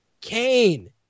Kane